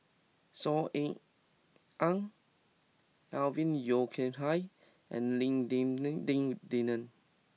Saw Ean Ang Alvin Yeo Khirn Hai and Lim Denan ding Denon